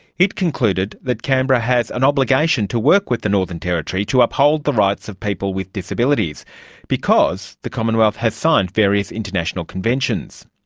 it concluded that canberra has an obligation to work with the northern territory to uphold the rights of people with disabilities because the commonwealth has signed various international conventions.